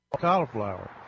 ...cauliflower